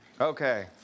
Okay